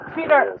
Peter